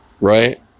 right